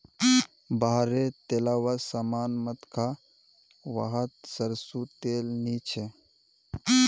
बाहर रे तेलावा सामान मत खा वाहत सरसों तेल नी छे